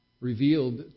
revealed